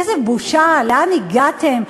איזה בושה, לאן הגעתם?